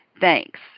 Thanks